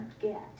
get